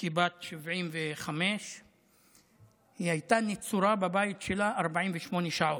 כבת 75. היא הייתה נצורה בבית שלה 48 שעות.